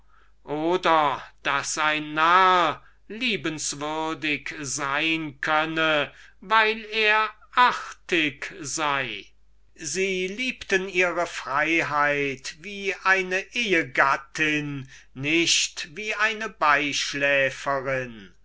oder daß ein narr liebenswürdig sein könne weil er artig sei sie liebten ihre freiheit wie eine gattin nicht wie eine